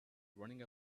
running